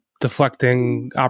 deflecting